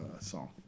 song